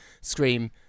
scream